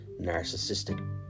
narcissistic